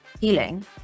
healing